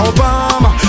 Obama